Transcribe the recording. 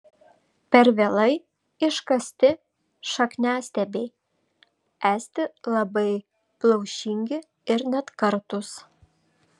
per vėlai iškasti šakniastiebiai esti labai plaušingi ir net kartūs